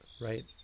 right